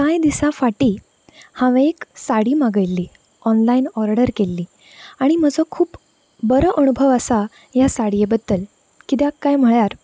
कांय दिसा फाटीं हांवे एक साडी मागयिल्ली ऑनलायन ऑर्डर केल्ली आनी म्हजो खूब बरो अणभव आसा ह्या साडयें बद्दल कित्याक कांय म्हळ्यार